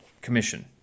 commission